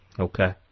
Okay